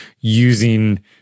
using